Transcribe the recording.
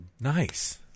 Nice